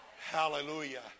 Hallelujah